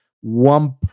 one